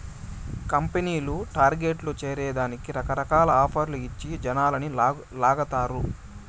కంపెనీలు టార్గెట్లు చేరే దానికి రకరకాల ఆఫర్లు ఇచ్చి జనాలని లాగతారు